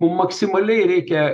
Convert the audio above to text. mum maksimaliai reikia